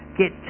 get